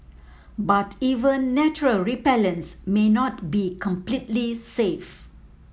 but even natural repellents may not be completely safe